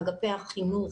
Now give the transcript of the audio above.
אגפי החינוך,